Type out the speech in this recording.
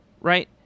right